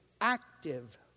active